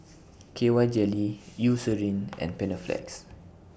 K Y Jelly Eucerin and Panaflex